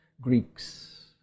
Greeks